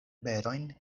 berojn